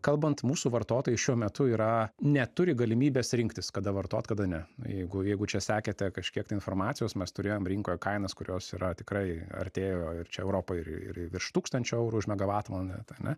kalbant mūsų vartotojai šiuo metu yra neturi galimybės rinktis kada vartot kada ne jeigu jeigu čia sekėte kažkiek tai informacijos mes turėjom rinkoje kainas kurios yra tikrai artėjo ir čia europoj ir ir virš tūkstančio eurų už megavatvalandę tai ane